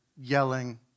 yelling